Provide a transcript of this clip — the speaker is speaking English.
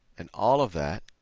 and all of that